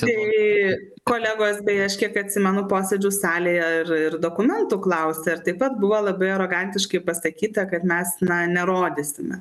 tai kolegos beje aš kiek atsimenu posėdžių salėje ir ir dokumentų klausė ir taip pat buvo labai arogantiškai pasakyta kad mes na nerodysime